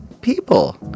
people